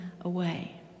away